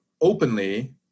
openly